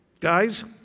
Guys